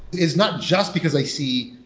is not just because i see,